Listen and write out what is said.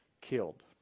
killed